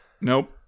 Nope